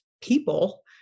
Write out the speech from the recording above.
people